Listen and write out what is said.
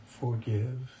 forgive